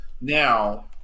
Now